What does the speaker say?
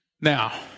Now